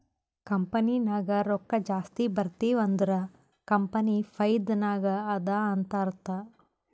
company ನಾಗ್ ರೊಕ್ಕಾ ಜಾಸ್ತಿ ಬರ್ತಿವ್ ಅಂದುರ್ ಕಂಪನಿ ಫೈದಾ ನಾಗ್ ಅದಾ ಅಂತ್ ಅರ್ಥಾ